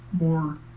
more